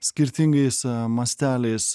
skirtingais masteliais